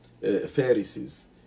Pharisees